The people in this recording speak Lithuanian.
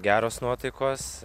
geros nuotaikos